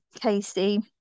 Casey